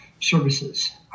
services